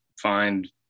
find